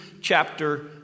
chapter